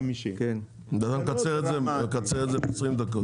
ואתה מקצר את זה ב-20 דקות.